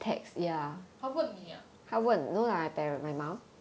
他问你 ah